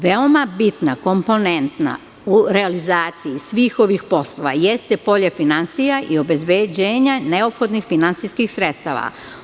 Veoma bitna komponenta u realizaciji svih ovih poslova jeste polje finansija i obezbeđenja neophodnih finansijskih sredstava.